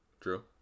True